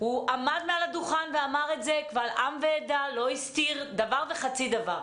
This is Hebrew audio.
הוא עמד מעל הדוכן ואמר את זה קבל עם ועדה ולא הסתיר דבר וחצי דבר.